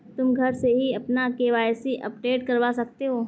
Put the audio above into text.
तुम घर से ही अपना के.वाई.सी अपडेट करवा सकते हो